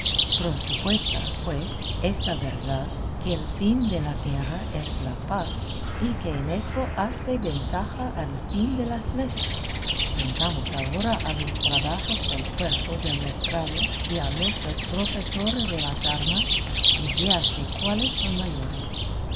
prosupuesta pues esta verdad que el fin de la guerra es la paz y que en esto hace ventaja al fin de las letras vengamos ahora a los trabajos del cuerpo del letrado y a los del profesor de las armas y véase cuáles son mayores